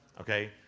okay